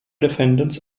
defendants